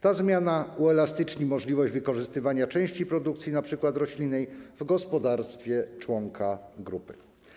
Ta zmiana uelastyczni możliwość wykorzystywania części produkcji np. roślinnej w gospodarstwie członka grupy.